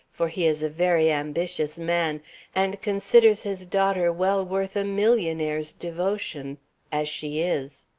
for he is a very ambitious man and considers his daughter well worth a millionaire's devotion as she is.